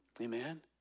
Amen